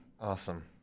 Awesome